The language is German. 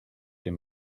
dem